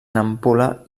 nampula